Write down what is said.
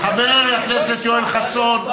חבר הכנסת יואל חסון,